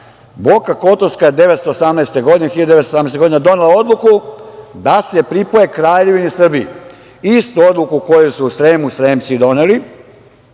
Boka Kotorska je 1918. godine, donela odluku da se pripoje Kraljevini Srbiji, istu odluku koju su u Sremu Sremci doneli